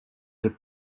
деп